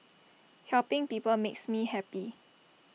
helping people makes me happy